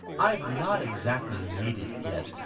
i've not exactly made it yet,